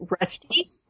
rusty